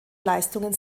leistungen